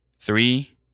three